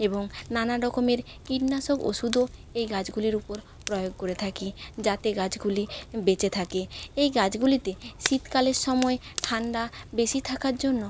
এবং নানা রকমের কীটনাশক ওষুধও এই গাছগুলির উপর প্রয়োগ করে থাকি যাতে গাছগুলি বেঁচে থাকে এই গাছগুলিতে শীতকালের সময় ঠান্ডা বেশি থাকার জন্য